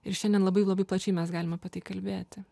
ir šiandien labai labai plačiai mes galim apie tai kalbėti